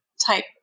type